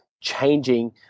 changing